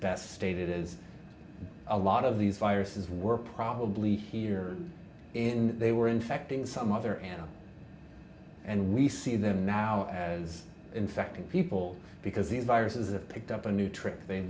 best stated is a lot of these viruses were probably here in that they were infecting some other animals and we see them now as infecting people because these viruses have picked up a new trick they